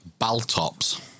Baltops